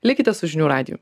likite su žinių radiju